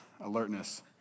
Alertness